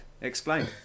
Explain